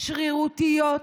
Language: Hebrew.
שרירותיות,